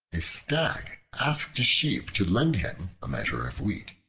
a stag asked a sheep to lend him a measure of wheat,